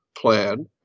plan